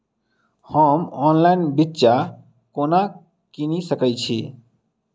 हम ऑनलाइन बिच्चा कोना किनि सके छी?